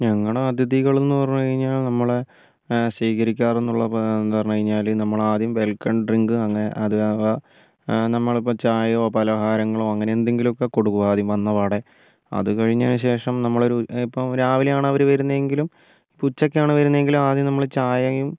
ഞങ്ങൾ അതിഥികൾ എന്ന് പറഞ്ഞു കഴിഞ്ഞാൽ നമ്മൾ സ്വീകരിക്കാർ ഉള്ള എന്താ പറഞ്ഞു കഴിഞ്ഞാൽ നമ്മൾ ആദ്യം വെൽകം ഡ്രിങ്ക് അങ്ങനെ അതാവാം നമ്മൾ ഇപ്പോൾ ചായയോ പലഹാരങ്ങളോ അങ്ങനെ എന്തെങ്കിലും ഒക്കെ കൊടുക്കും ആദ്യം വന്നപാടെ അത് കഴിഞ്ഞതിന് ശേഷം നമ്മൾ ഒരു രാവിലെയാണ് അവർ വരുന്നതെങ്കിലും ഉച്ചക്കാണ് വരുന്നതെങ്കിലും ആദ്യം നമ്മൾ ചായയും